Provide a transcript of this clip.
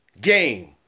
game